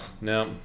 no